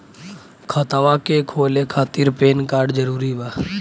खतवा के खोले खातिर पेन कार्ड जरूरी बा?